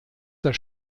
das